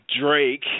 Drake